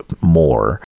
more